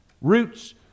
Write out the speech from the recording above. Roots